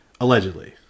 allegedly